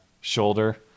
shoulder